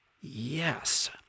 Yes